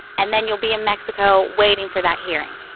and then you'll be in mexico waiting for that hearing.